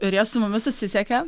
ir jie su mumis susisiekia